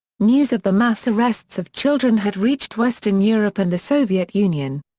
news of the mass arrests of children had reached western europe and the soviet union.